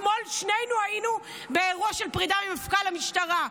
אתמול שנינו היינו באירוע של פרידה ממפכ"ל המשטרה.